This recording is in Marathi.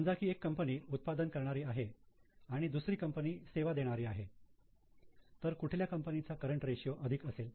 समजा की एक कंपनी उत्पादन करणारी आहे आणि आणि दुसरी कंपनी सेवा देणारी आहे तर कुठल्या कंपनीचा करंट रेशियो अधिक असेल